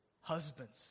Husbands